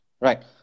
Right